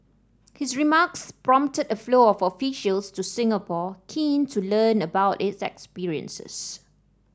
his remarks prompted a flow of officials to Singapore keen to learn about its experiences